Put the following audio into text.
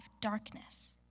darkness